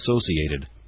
associated